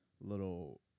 little